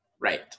Right